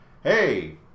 hey